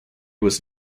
was